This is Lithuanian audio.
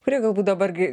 kurie galbūt dabar gi